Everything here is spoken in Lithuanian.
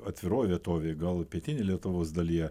atviroj vietovėj gal pietinėj lietuvos dalyje